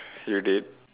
you did